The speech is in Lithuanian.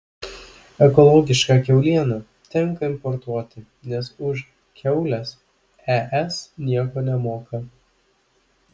ekologišką kiaulieną tenka importuoti nes už kiaules es nieko nemoka